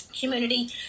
community